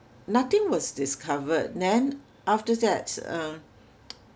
nothing was discovered then after that uh